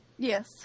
Yes